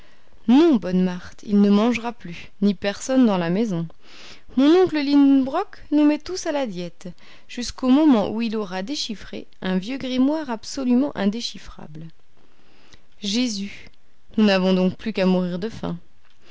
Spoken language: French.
bonne marthe il ne mangera plus ni personne dans la maison mon oncle lidenbrock nous met tous à la diète jusqu'au moment où il aura déchiffré un vieux grimoire qui est absolument indéchiffrable jésus nous n'avons donc plus qu'à mourir de faim